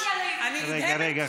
רגע, רגע.